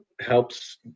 helps